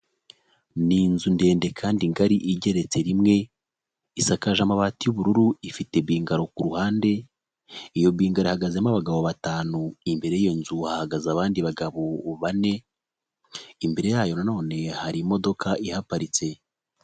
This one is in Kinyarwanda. Ni inzu ndende kandi ngari igeretse rimwe, isakaje amabati y'ubururu, ifite bingaro ku ruhande, iyo bingaro ihagazemo abagabo batanu, imbere y'iyo nzu hahagaze abandi bagabo bane, imbere yayo nanone hari imodoka iparitse.